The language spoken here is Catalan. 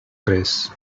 res